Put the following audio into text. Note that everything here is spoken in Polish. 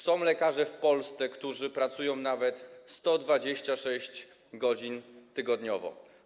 Są lekarze w Polsce, którzy pracują nawet 126 godzin tygodniowo.